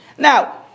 Now